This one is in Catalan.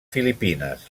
filipines